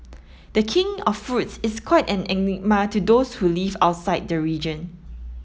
the King of Fruits is quite an enigma to those who live outside the region